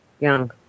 Young